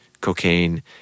cocaine